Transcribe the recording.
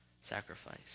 sacrifice